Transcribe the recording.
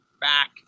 back